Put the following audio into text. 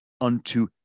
unto